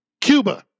Cuba